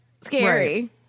scary